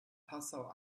passau